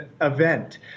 event